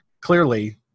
clearly